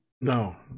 No